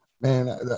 Man